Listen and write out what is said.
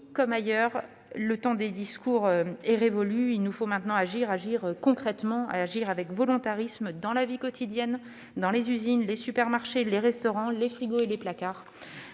comme ailleurs, le temps des discours est révolu : il nous faut maintenant agir concrètement et avec volontarisme, dans la vie quotidienne, dans les usines, les supermarchés et les restaurants, jusque dans les